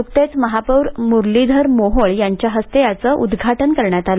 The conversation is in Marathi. न्कतेच महापौर मुरलीधर मोहोळ यांच्या हस्ते याचे उद्घाटन करण्यात आलं